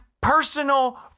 personal